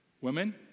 Women